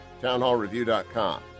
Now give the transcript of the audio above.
townhallreview.com